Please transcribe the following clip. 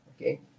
okay